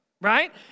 right